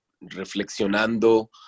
reflexionando